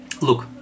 Look